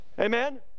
Amen